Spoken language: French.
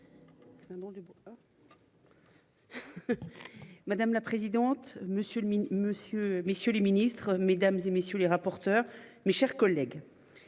le monsieur. Messieurs les Ministres mesdames et messieurs les rapporteurs, mes chers collègues.